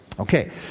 Okay